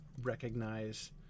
recognize